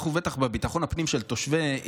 בטח ובטח בביטחון הפנים של תושבי ישראל.